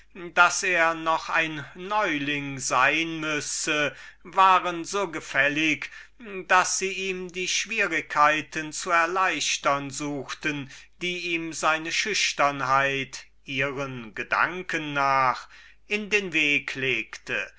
daß er noch ein neuling sein müsse ließen sich die mühe nicht dauern ihm die schwierigkeiten die ihm seine schüchternheit ihren gedanken nach in den weg